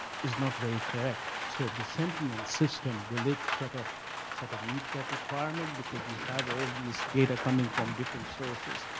not very correct so the sentinel system will it sort of sort of meet that requirement because you have all these data coming from different sources?